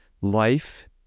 life